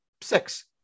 six